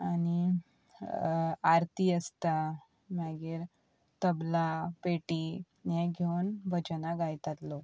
आनी आरती आसता मागीर तबला पेटी हे घेवन भजनां गायतात लोक